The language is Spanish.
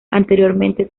anteriormente